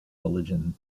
religion